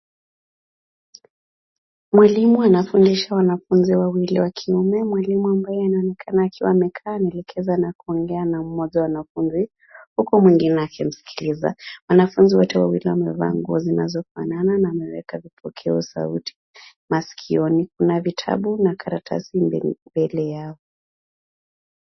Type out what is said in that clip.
Mwalimu anafundisha wanafunzi wawili wa kiume. Mwalimu ambaye anaonekana akiwa amekaa anaelekeza na kuongea na mmoja wa wanafunzi, huku mwingine akimskiliza. Wanafunzi wote wawili wamevaa nguo zinazofanana na wameweka vipokea sauti masikioni. Kuna vitabu na karatasi mbele yao.